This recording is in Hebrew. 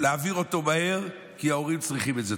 להעביר אותו מהר, כי ההורים צריכים את זה.